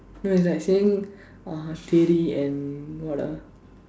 no it's like saying uh Theri and what ah